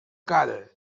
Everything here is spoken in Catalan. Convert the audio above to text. cara